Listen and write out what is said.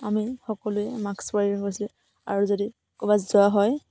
আমি সকলোৱে মাস্ক প্ৰয়োগ কৰিছিলোঁ আৰু যদি ক'ৰবাত যোৱা হয়